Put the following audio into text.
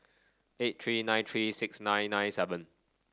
eight three nine three six nine nine seven